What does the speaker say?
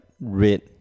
red